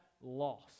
loss